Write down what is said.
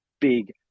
big